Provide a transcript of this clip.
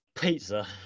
Pizza